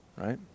Right